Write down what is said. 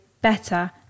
better